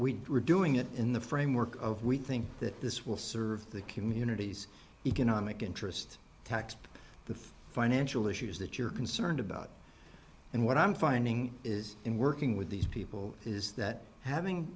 we were doing it in the framework of we think that this will serve the communities economic interest tax the financial issues that you're concerned about and what i'm finding is in working with these people is that having